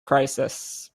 crisis